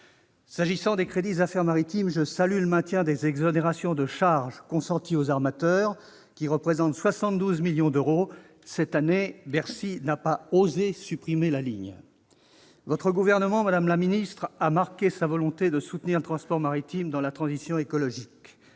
S'agissant des crédits des affaires maritimes, je salue le maintien des exonérations de charges consenties aux armateurs, qui représentent 72 millions d'euros. Cette année, Bercy n'a pas osé supprimer la ligne. Le gouvernement auquel vous appartenez, madame la ministre, a marqué sa volonté de soutenir le transport maritime dans la transition écologique.